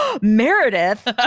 Meredith